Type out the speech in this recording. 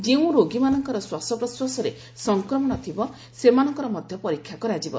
ଯେଉଁ ରୋଗୀମାନଙ୍କର ଶ୍ୱାସପ୍ରଶ୍ୱାସରେ ସଂକ୍ରମଣ ଥିବ ସେମାନଙ୍କର ମଧ୍ୟ ପରୀକ୍ଷା କରାଯିବ